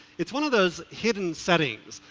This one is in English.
it's one of those hidden settings,